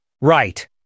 Right